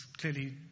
clearly